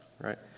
right